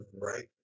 right